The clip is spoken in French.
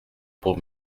pour